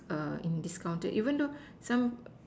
err in discounted even though some